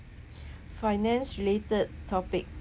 finance related topic